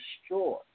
destroy